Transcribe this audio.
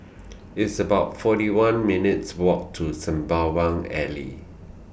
It's about forty one minutes' Walk to Sembawang Alley